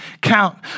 count